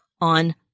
on